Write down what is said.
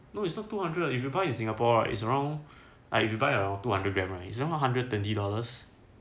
no it's not two hundred if you buy in singapore it's around like if you by around two hundred grams right and one hundred twenty dollars